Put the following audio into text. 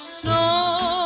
snow